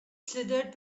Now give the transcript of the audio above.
slithered